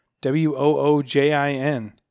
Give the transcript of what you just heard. W-O-O-J-I-N